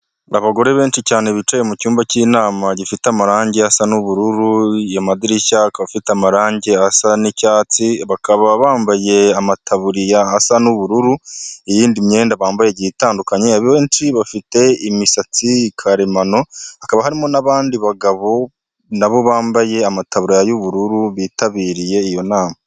Abagore benshi cyane bicaye mucyumba cy'inama gifite amarangi asa n'ubururu, amadirishya afite amarangi asa n'icyatsi bakaba bambaye amataburiya asa n'ubururu, iyindi myenda bambaye igiye itandukanye, abenshi bafite imisatsi karemano hakaba harimo n'abandi bagabo na bo bambaye amataburiya y'ubururu bitabiriye iyo nama.